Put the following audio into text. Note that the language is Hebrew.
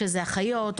שזה אחיות,